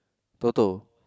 Toto